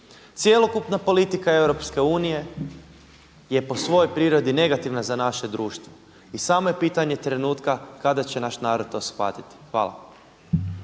Cjelokupna politika EU je po svojoj prirodi negativna za naše društvo i samo je pitanje trenutka kada će naš narod to shvatiti. Hvala.